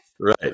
Right